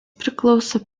priklauso